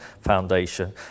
Foundation